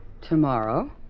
Tomorrow